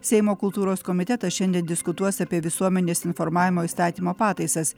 seimo kultūros komitetas šiandien diskutuos apie visuomenės informavimo įstatymo pataisas